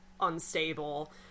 unstable